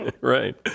Right